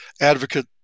advocate